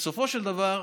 בסופו של דבר,